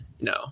no